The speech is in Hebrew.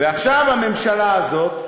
ועכשיו, הממשלה הזאת,